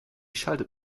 schaltet